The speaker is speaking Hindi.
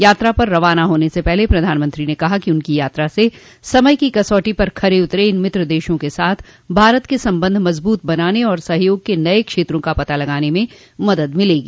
यात्रा पर रवाना होने से पहले प्रधानमंत्री ने कहा कि उनकी यात्रा से समय की कसौटी पर खरे उतरे इन मित्र देशों के साथ भारत के संबंध मजबूत बनाने और सहयोग के नये क्षेत्रों का पता लगाने में मदद मिलेगी